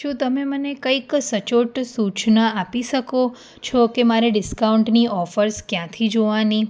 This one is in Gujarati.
શું તમે મને કંઈક સચોટ સૂચના આપી શકો છો કે મારે ડિસ્કાઉન્ટની ઑફર્સ ક્યાંથી જોવાની